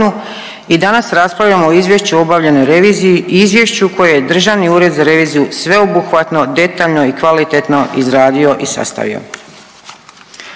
i danas raspravljamo o Izvješću o obavljenoj reviziji, izvješću koje je Državni ured za reviziju sveobuhvatno, detaljno i kvalitetno izradio i sastavio.